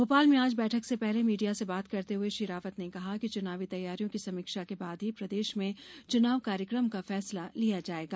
भोपाल में आज बैठक से पहले मीडिया से बात करते हुये श्री रावत ने कहा कि चुनावी तैयारियों की समीक्षा के बाद ही प्रदेश में चुनाव कार्यक्रम का फैसला लिया जायेगा